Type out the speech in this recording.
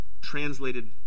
translated